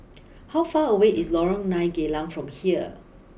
how far away is Lorong nine Geylang from here